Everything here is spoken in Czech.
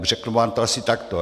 Řeknu vám to asi takto.